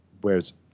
Whereas